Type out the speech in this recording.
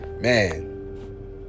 Man